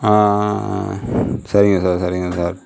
சரிங்க சார் சரிங்க சார்